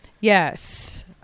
yes